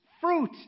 fruit